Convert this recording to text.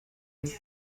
iri